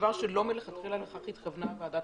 דבר שלא מלכתחילה התכוונה אליו ועדת